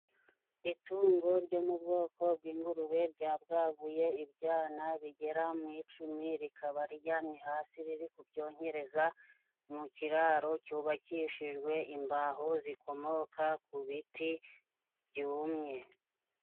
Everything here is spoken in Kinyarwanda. Itungo ryo mu bwoko bw'ingurube, ryabwaguye ibyana bigera mu icumi ,rikaba riryamye hasi, riri kubyonkereza mu kiraro cyubakishijwe imbaho, zikomoka ku biti byumye.